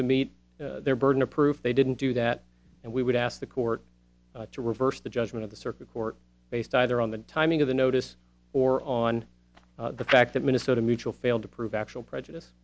to meet their burden of proof they didn't do that and we would ask the court to reverse the judgment of the circuit court based either on the timing of the notice or on the fact that minnesota mutual failed to prove actual prejudice